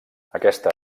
aquesta